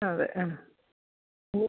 അതെ ആ ഉ